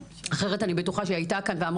אחרת אני בטוחה שהייתה מגיעה לכאן והיא גם